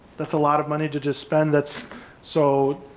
that's a lot of money to just spend that's so,